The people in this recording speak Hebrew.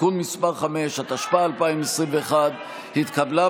(תיקון מס' 5), התשפ"א 2021, נתקבל.